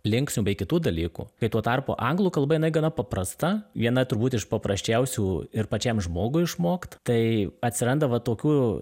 linksnių bei kitų dalykų kai tuo tarpu anglų kalba jinai gana paprasta viena turbūt iš paprasčiausių ir pačiam žmogui išmokt tai atsiranda va tokių